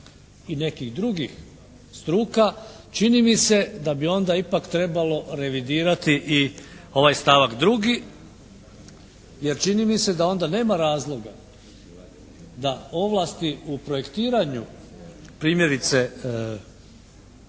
i nekih drugih struka čini mi se da bi onda ipak trebalo revidirati i ovaj stavak 2. jer čini mi se da onda nema razloga da ovlasti u projektiranju primjerice